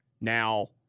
Now